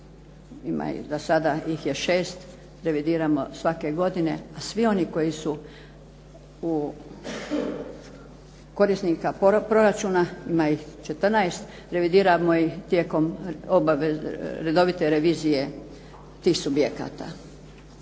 ima ih, za sada ih je 6, revidiramo svake godine, a svi oni koji su u korisnika proračuna, ima ih 14, revidiramo ih tijekom redovite revizije tih subjekata.